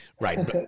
Right